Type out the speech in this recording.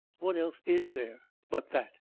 what else is there but that?